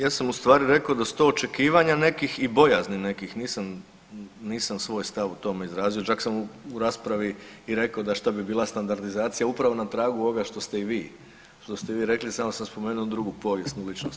Ja sam u stvari rekao da su to očekivanja nekih i bojazni od nekih, nisam, nisam svoj stav o tome izrazio, čak sam u raspravi i rekao da šta bi bila standardizacija upravo na tragu ovoga što ste i vi, što ste i vi rekli samo sam spomenuo drugu povijesnu ličnost.